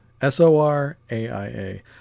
S-O-R-A-I-A